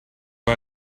but